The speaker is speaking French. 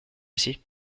aussi